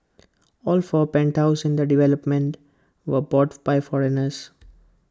all four penthouses in the development were bought by foreigners